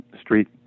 street